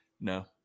No